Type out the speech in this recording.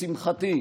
לשמחתי,